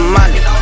Money